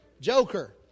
Joker